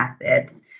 methods